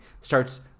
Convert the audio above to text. starts